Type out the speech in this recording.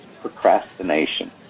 procrastination